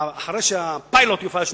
אחרי שהפיילוט יופעל שנתיים,